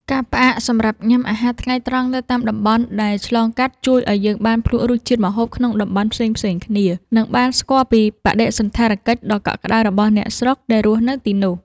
ការផ្អាកសម្រាកញ៉ាំអាហារថ្ងៃត្រង់នៅតាមតំបន់ដែលឆ្លងកាត់ជួយឱ្យយើងបានភ្លក់រសជាតិម្ហូបក្នុងតំបន់ផ្សេងៗគ្នា និង បានស្គាល់ពីបដិសណ្ឋារកិច្ចដ៏កក់ក្ដៅរបស់អ្នកស្រុកដែលរស់នៅទីនោះ។